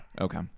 Okay